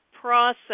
process